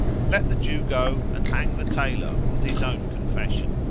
let the jew go and hang the tailor on his own confession.